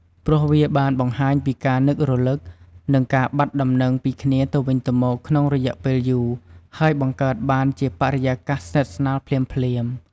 ព្រោះវាបានបង្ហាញពីការនឹករលឹក និងការបាត់ដំណឹងពីគ្នាទៅវិញទៅមកក្នុងរយៈពេលយូរ ហើយបង្កើតបានជាបរិយាកាសស្និទ្ធស្នាលភ្លាមៗ។